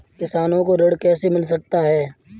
किसानों को ऋण कैसे मिल सकता है?